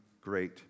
great